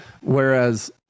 whereas